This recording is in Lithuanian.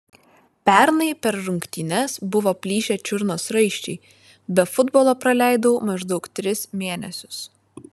pernai per rungtynes buvo plyšę čiurnos raiščiai be futbolo praleidau maždaug tris mėnesius